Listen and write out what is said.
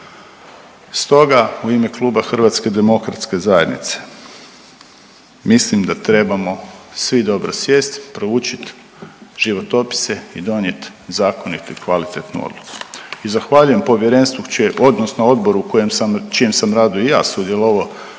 Stoga u ime Kluba HDZ-a mislim da trebamo svi dobro sjesti, proučit životopise i donijeti zakonitu i kvalitetnu odluku. I zahvaljujem povjerenstvu u čije odnosno odboru u kojem sam, čijem sam radu i ja sudjelovao